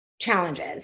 challenges